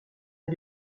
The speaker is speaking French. est